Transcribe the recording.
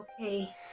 Okay